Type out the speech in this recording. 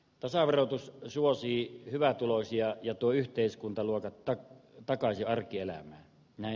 tasaverotus suosii hyvätuloisia ja tuo yhteiskuntaluokattar takaisi arkielämä ne